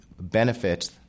benefits